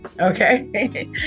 Okay